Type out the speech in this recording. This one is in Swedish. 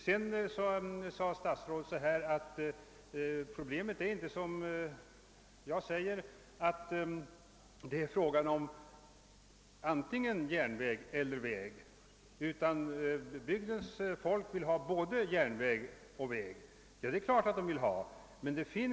Vidare sade statsrådet att problemet inte är som jag sagt en fråga om antingen järnväg eller väg, utan att människorna i bygden vill ha både järnväg och väg. Det är klart att de vill.